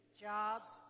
jobs